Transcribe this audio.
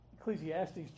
Ecclesiastes